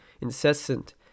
incessant